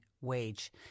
wage